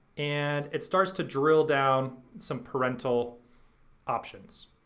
and it starts to drill down some parental options.